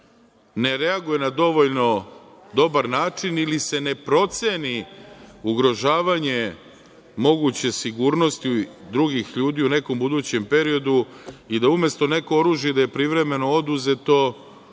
ne reaguje na dovoljno dobar način ili se ne proceni ugrožavanje moguće sigurnosti drugih ljudi u nekom budućem periodu i umesto neko oružje da je privremeno oduzeto